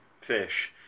Fish